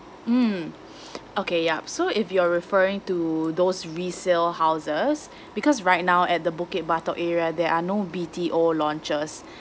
mmhmm okay yup so if you're referring to those resale houses because right now at the bukit batok area there are no B_T_O launches